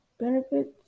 benefits